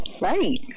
Right